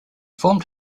formed